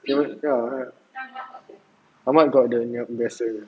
ya ya ahmad got the yang biasanya